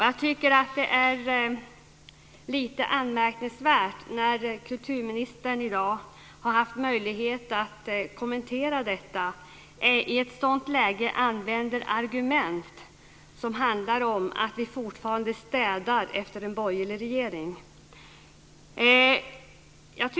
Jag tycker att det är lite anmärkningsvärt att kulturministern, som i dag har haft möjlighet att kommentera detta, använder argument som att man fortfarande städar efter en borgerlig regering.